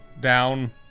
down